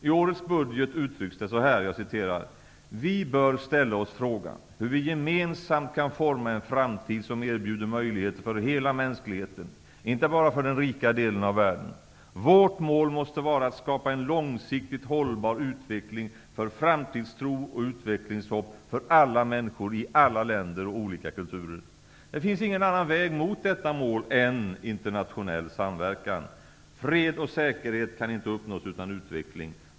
I årets budgetproposition uttrycks det så här: ''Vi bör ställa oss frågan hur vi gemensamt kan forma en framtid som erbjuder möjligheter för hela mänskligheten, inte bara för den rika delen av världen. Vårt mål måste vara att skapa en långsiktigt hållbar utveckling för framtidstro och utvecklingshopp för alla människor i alla länder och olika kulturer. Det finns ingen annan väg mot detta mål än internationell samverkan. Fred och säkerhet kan inte uppnås utan utveckling.